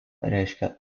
reiškia